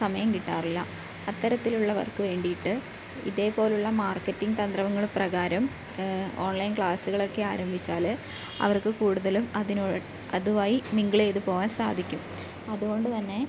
സമയം കിട്ടാറില്ല അത്തരത്തിലുള്ളവർക്ക് വേണ്ടിയിട്ട് ഇതേപോലുള്ള മാർക്കറ്റിംഗ് തന്ത്രങ്ങള് പ്രകാരം ഓൺലൈൻ ക്ലാസ്സുകളൊക്കെ ആരംഭിച്ചാല് അവർക്ക് കൂടുതലും അതിനോ അതുവായി മിംഗിൾ ചെയ്ത് പോവാൻ സാധിക്കും അതുകൊണ്ട് തന്നെ